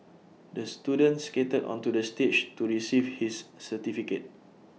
the student skated onto the stage to receive his certificate